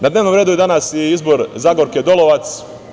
Na dnevnom redu je danas i izbor Zagorke Dolovac.